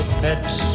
pets